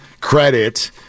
Credit